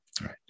right